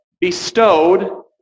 bestowed